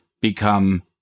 become